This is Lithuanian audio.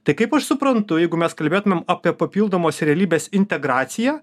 tai kaip aš suprantu jeigu mes kalbėtumėm apie papildomos realybės integraciją